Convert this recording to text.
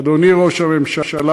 אדוני ראש הממשלה,